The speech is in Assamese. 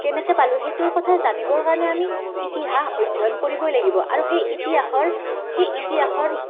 কেনেকৈ পালোঁ সেইটোৰ কথা জানিবৰ কাৰণে আমি ইতিহাস অধ্যয়ন কৰিবই লাগিব আৰু সেই ইতিহাসৰ সেই ইতিহাসৰ